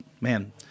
Man